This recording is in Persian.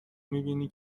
میبینی